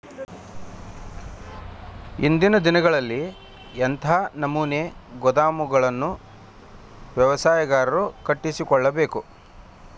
ಇಂದಿನ ದಿನಗಳಲ್ಲಿ ಎಂಥ ನಮೂನೆ ಗೋದಾಮುಗಳನ್ನು ವ್ಯವಸಾಯಗಾರರು ಕಟ್ಟಿಸಿಕೊಳ್ಳಬೇಕು?